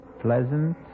pleasant